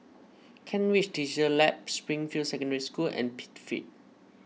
Kent Ridge Digital Labs Springfield Secondary School and Pitt Street